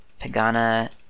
Pagana